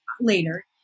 later